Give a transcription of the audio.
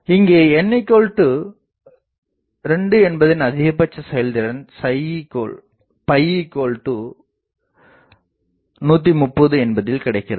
இங்கேn2என்பதின் அதிகபட்ச செயல்திறன் 130என்பதில் கிடைக்கிறது